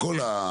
לכל.